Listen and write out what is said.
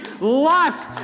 life